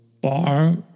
bar